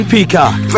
Peacock